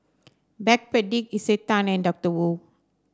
Backpedic Isetan and Doctor Wu